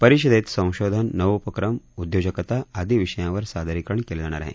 परिषदेत संशोधान नवोपक्रम उदयोजकता आदी विषयांवर सादरीकरण केलं जाणार आहे